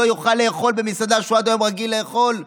לא יוכל לאכול במסעדה שהוא עד היום רגיל לאכול בה?